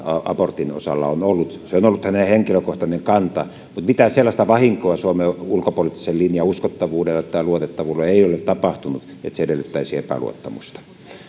abortin osalta on ollut se on ollut hänen henkilökohtainen kantansa mutta mitään sellaista vahinkoa suomen ulkopoliittisen linjan uskottavuudelle tai luotettavuudelle ei ole tapahtunut että se edellyttäisi epäluottamusta